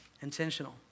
intentional